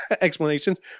explanations